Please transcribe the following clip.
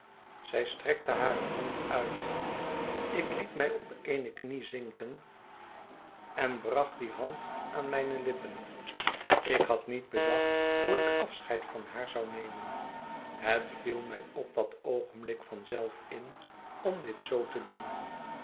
zij strekte hare hand uit ik liet mij op eene knie zinken en bracht die hand aan mijne lippen ik had niet bedacht hoe ik afscheid van haar zou nemen het viel mij op dat oogenblik van zelf in om ait zoo te doen